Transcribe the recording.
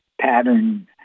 Pattern